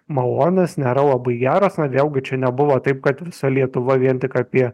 malonios nėra labai geros na vėlgi čia nebuvo taip kad visa lietuva vien tik apie